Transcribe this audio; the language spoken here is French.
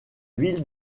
ville